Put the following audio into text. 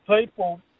people